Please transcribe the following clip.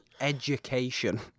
Education